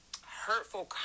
hurtful